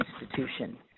institution